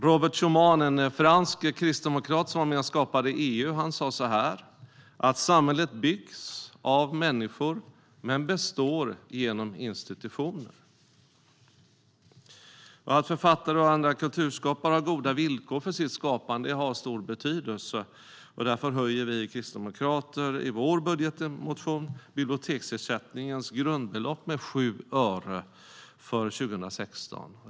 Robert Schuman, en fransk kristdemokrat som var med och skapade EU, sa så här: Samhället byggs av människor men består genom institutioner. Och att författare och andra kulturskapare har goda villkor för sitt skapande har stor betydelse. Därför höjer vi kristdemokrater i vår budgetmotion biblioteksersättningens grundbelopp med 7 öre för 2016.